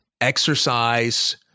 exercise